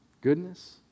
goodness